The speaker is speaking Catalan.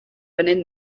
benet